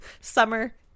Summer